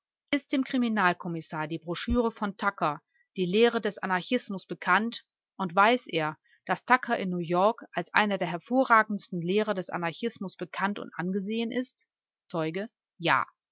ist dem kriminalkommissar die broschüre von tucker die lehre des anarchismus bekannt und weiß er daß tucker in newyork als einer der hervorragendsten lehrer des anarchismus bekannt und angesehen ist zeuge ja